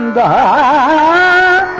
aa